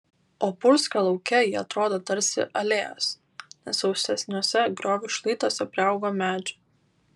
opulskio lauke jie atrodo tarsi alėjos nes sausesniuose griovių šlaituose priaugo medžių